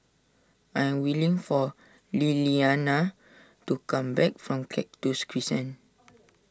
I am waiting for Lilliana to come back from Cactus Crescent